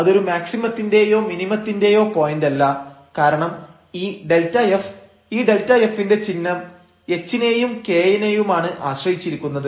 അതൊരു മാക്സിമത്തിന്റെയൊ മിനിമത്തിന്റെയോ പോയന്റല്ല കാരണം ഈ Δf ഈ Δf ന്റെ ചിഹ്നം h നെയും k നേയുമാണ് ആശ്രയിച്ചിരിക്കുന്നത്